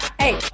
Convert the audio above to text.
Hey